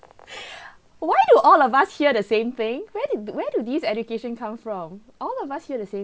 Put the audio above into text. why do all of us hear the same thing where did where do these education come from all of us hear the same